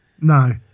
no